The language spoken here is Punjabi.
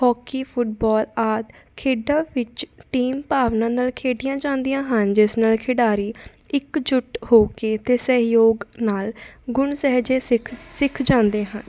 ਹੋਕੀ ਫੁੱਟਬੋਲ ਆਦਿ ਖੇਡਾਂ ਵਿੱਚ ਟੀਮ ਭਾਵਨਾ ਨਾਲ ਖੇਡੀਆਂ ਜਾਂਦੀਆਂ ਹਨ ਜਿਸ ਨਾਲ ਖਿਡਾਰੀ ਇੱਕ ਜੁੱਟ ਹੋ ਕੇ ਅਤੇ ਸਹਿਯੋਗ ਨਾਲ ਗੁਣ ਸਹਿਜੇ ਸਿੱਖ ਸਿੱਖ ਜਾਂਦੇ ਹਨ